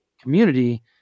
community